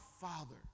father